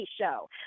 show